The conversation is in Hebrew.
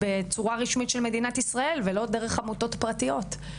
בצורה רשמית של מדינת ישראל ולא דרך עמותות פרטיות.